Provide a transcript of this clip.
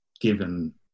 given